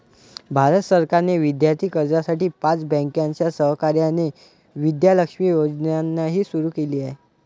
भारत सरकारने विद्यार्थी कर्जासाठी पाच बँकांच्या सहकार्याने विद्या लक्ष्मी योजनाही सुरू केली आहे